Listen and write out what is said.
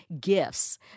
gifts